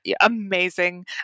amazing